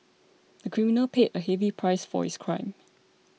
the criminal paid a heavy price for his crime